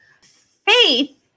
Faith